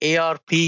ARP